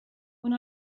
when